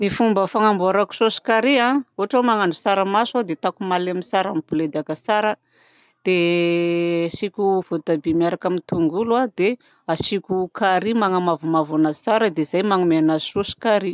Ny fomba fanamboarako saosy carry ohatra hoe mahandro tsaramaso aho dia ataoko malemy tsara miboledaka tsara dia asiako voatabia miaraka amin'ny tongolo dia asiako carry manamavomavo anazy tsara dia izay manome anazy saosy carry.